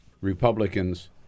Republicans